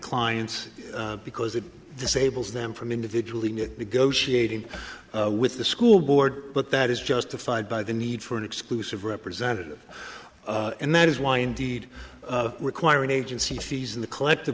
clients because it disables them from individually negotiating with the school board but that is justified by the need for an exclusive representative and that is why indeed requiring agency fees in the collective